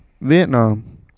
Vietnam